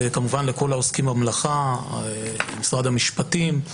וכמובן לכל העוסקים במלאכה, משרד המשפטים.